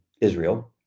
Israel